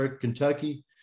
Kentucky